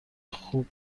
خوب